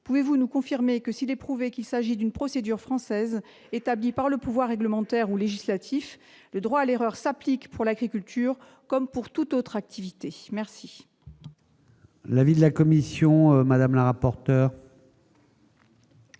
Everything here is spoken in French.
Pouvez-vous nous confirmer que, s'il est prouvé qu'il s'agit d'une procédure française, établie par le pouvoir réglementaire ou législatif, le droit à l'erreur s'applique pour l'agriculture comme pour toute autre activité ? Quel est l'avis de la commission spéciale ? Cet